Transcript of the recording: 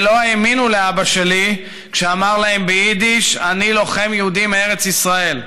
שלא האמינו לאבא שלי כשאמר להם ביידיש: "אני לוחם יהודי מארץ ישראל".